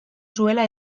zuela